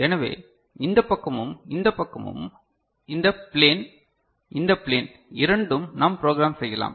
எனவே இந்த பக்கமும் இந்த பக்கமும் இந்த ப்ளேன் இந்த ப்ளேன் இரண்டும் நாம் ப்ரோக்ராம் செய்யலாம்